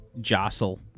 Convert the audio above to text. jostle